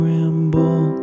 Ramble